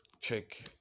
check